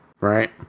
right